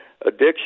Addiction